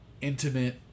intimate